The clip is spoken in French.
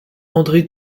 audrey